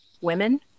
women